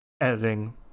Editing